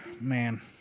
man